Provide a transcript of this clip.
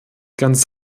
ganz